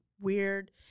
weird